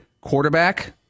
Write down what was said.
quarterback